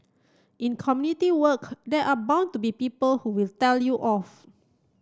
in community work there are bound to be people who will tell you off